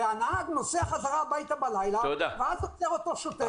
הנהג נוסע חזרה הביתה בלילה ואז עוצר אותו שוטר,